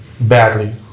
badly